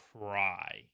cry